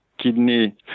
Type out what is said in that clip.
Kidney